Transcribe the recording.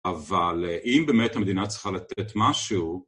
אבל אם באמת המדינה צריכה לתת משהו